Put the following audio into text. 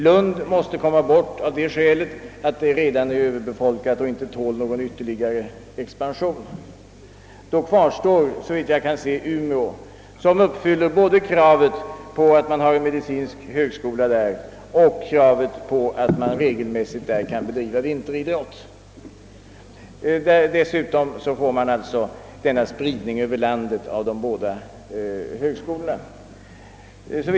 Lund måste elimineras av det skälet att universitetet inte tål ytterligare expansion. Då kvarstår Umeå som uppfyller både kravet på tillgång till medicinsk högskola och kravet på goda möjligheter till vinteridrott. Dessutom får man genom denna förläggning till Umeå en spridning över landet av de båda högskolorna.